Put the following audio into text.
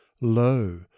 Lo